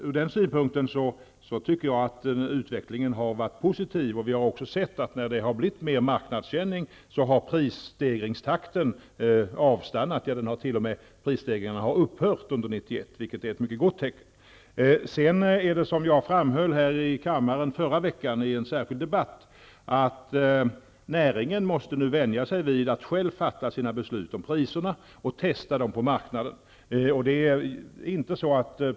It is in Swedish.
Från den synpunkten tycker jag att utvecklingen har varit positiv, och vi har också sett att prisstegringstakten har avstannat när det har blivit mer marknadskänning -- ja prisstegringarna har t.o.m. upphört under 1991, vilket är ett mycket gott tecken. Som jag framhöll i en särskild debatt här i kammaren förra veckan måste näringen nu vänja sig vid att själv fatta sina beslut om priserna och testa dem på marknaden.